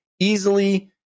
easily